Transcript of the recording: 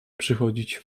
przychodzić